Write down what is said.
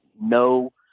no